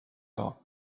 heures